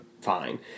fine